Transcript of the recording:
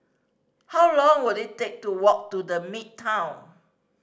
how long will it take to walk to The Midtown